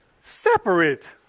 separate